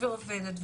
ועובדת,